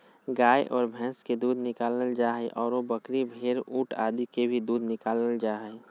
गाय आर भैंस के दूध निकालल जा हई, आरो बकरी, भेड़, ऊंट आदि के भी दूध निकालल जा हई